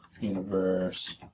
universe